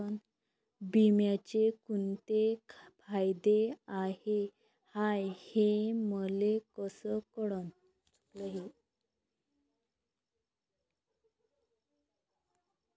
बिम्याचे कुंते फायदे हाय मले कस कळन?